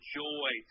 joy